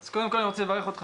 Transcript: אז קודם כל אני רוצה לברך אותך,